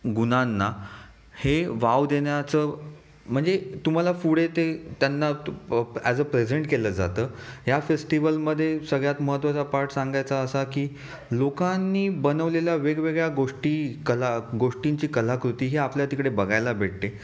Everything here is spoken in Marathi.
गुणांना हे वाव देण्याचं म्हणजे तुम्हाला पुढे ते त्यांना ॲज अ प्रेझेंट केलं जातं या फेस्टिवलमध्ये सगळ्यात महत्त्वाचा पार्ट सांगायचा असा की लोकांनी बनवलेल्या वेगवेगळ्या गोष्टी कला गोष्टींची कलाकृती ही आपल्या तिकडे बघायला भेटते